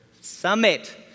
summit